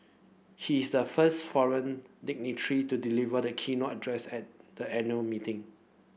he is the first foreign dignitary to deliver the keynote address at the annual meeting